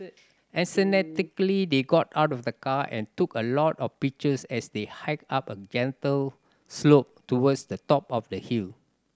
enthusiastically they got out of the car and took a lot of pictures as they hiked up a gentle slope towards the top of the hill